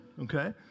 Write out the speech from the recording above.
okay